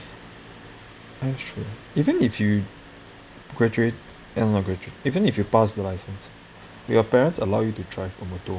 that's true even if you graduate eh not graduate even if you pass the license your parents allow you to drive a motor